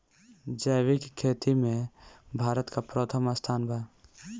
जैविक खेती में भारत का प्रथम स्थान बा